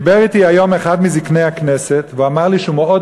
דיבר אתי היום אחד מזקני הכנסת ואמר לי שהוא מאוד